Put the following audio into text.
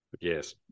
Yes